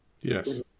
Yes